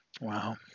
Wow